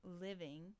living